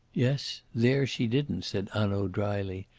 yes, there she didn't, said hanaud drily,